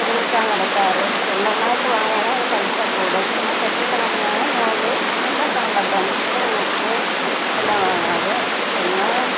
ഒരുമിച്ചാണ് എടുക്കാറ് ഒന്നൊന്നായിട്ട് വാങ്ങുകയാണേൽ അത് പൈസ കൂടും പെട്ടിക്കണക്കിനാണ് നൂൽ എല്ലാ സ ബട്ടന്സ് ഹൂക്ക് എല്ലാം വാങ്ങണത് പിന്നെ